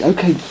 Okay